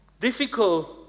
difficult